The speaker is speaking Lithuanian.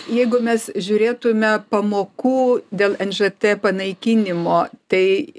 jeigu mes žiūrėtume pamokų dėl nžt panaikinimo tai